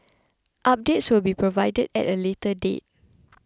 updates will be provided at a later date